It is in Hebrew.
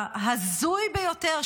ההזוי ביותר,